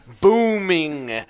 booming